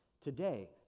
today